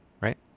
right